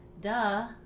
duh